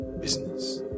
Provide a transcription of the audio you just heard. business